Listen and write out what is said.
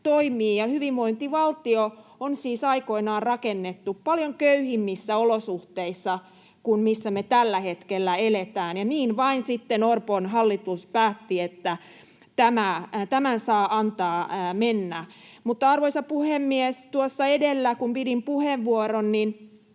Hyvinvointivaltio on siis aikoinaan rakennettu paljon köyhemmissä olosuhteissa kuin missä me tällä hetkellä eletään, ja niin vain sitten Orpon hallitus päätti, että tämän saa antaa mennä. Mutta, arvoisa puhemies, tuossa edellä kun pidin puheenvuoron, niin